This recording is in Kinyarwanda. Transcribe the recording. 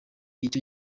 icyo